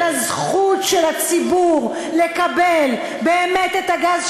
על הזכות של הציבור לקבל באמת את הגז,